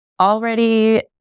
Already